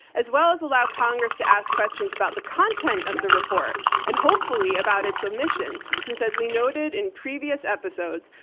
as well as allow congress to ask questions about the content of the report and hopefully about its omission since, as we noted in previous episodes,